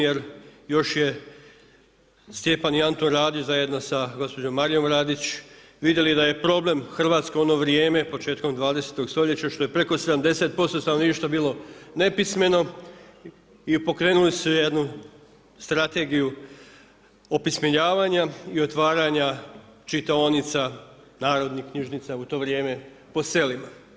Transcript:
Jer još je Stjepan i Antun Radić zajedno sa gospođom Marijom Radić vidjeli da je problem u Hrvatskoj u ono vrijeme, početkom 20. stoljeća, što je preko 70% stanovništva bilo nepismeno i pokrenuli su jednu strategiju opismenjavanja i otvaranja čitaonica, narodnih knjižnica u to vrijeme po selima.